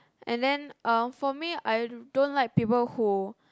and then um for me I don't like people who